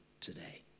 today